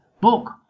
book